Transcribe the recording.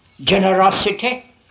generosity